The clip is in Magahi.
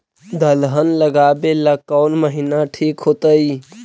दलहन लगाबेला कौन महिना ठिक होतइ?